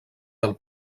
del